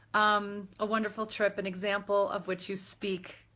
um a wonderful trip, an example of which you speak.